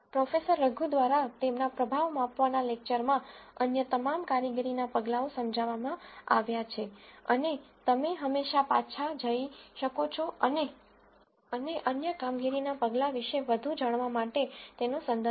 professor Raghu દ્વારા તેમના પ્રભાવ માપવાના લેકચરમાં અન્ય તમામ કામગીરીના પગલાઓ સમજાવવામાં આવ્યા છે અને તમે હમેંશા પાછા જઈ શકો છો અને અન્ય કામગીરીનાં પગલાં વિશે વધુ જાણવા માટે તેનો સંદર્ભ લો